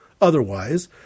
Otherwise